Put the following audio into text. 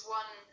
one